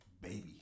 baby